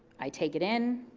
i take it in.